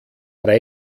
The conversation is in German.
drei